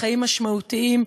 בחיים משמעותיים,